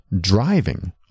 driving